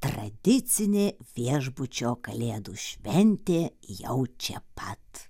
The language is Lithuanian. tradicinė viešbučio kalėdų šventė jau čia pat